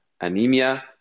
anemia